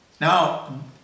now